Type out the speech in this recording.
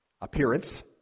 Appearance